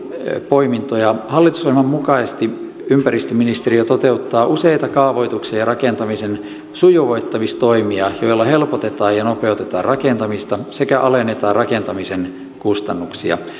poimintoja hallitusohjelman mukaisesti ympäristöministeriö toteuttaa useita kaavoituksen ja rakentamisen sujuvoittamistoimia joilla helpotetaan ja nopeutetaan rakentamista sekä alennetaan rakentamisen kustannuksia